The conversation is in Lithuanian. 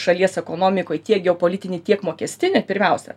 šalies ekonomikoj tiek geopolitinį tiek mokestinį pirmiausia